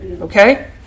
Okay